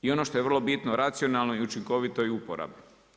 I ono što je vrlo bitno, racionalnoj i učinkovitoj uporabi.